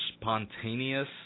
spontaneous